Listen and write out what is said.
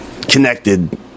connected